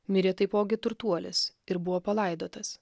mirė taipogi turtuolis ir buvo palaidotas